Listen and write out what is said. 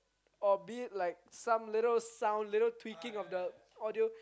or be it like some little sound little ticking of the audio